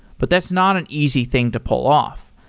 but that's not an easy thing to pull off,